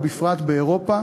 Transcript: ובפרט באירופה.